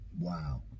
Wow